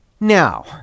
Now